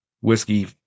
whiskey